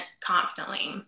constantly